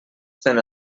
fent